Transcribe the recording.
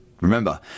Remember